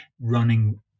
running